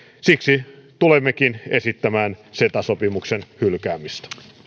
siksi tulemmekin esittämään ceta sopimuksen hylkäämistä